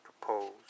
proposed